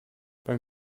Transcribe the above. beim